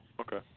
Okay